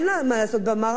במערך הלוחם,